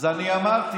אז אני אמרתי,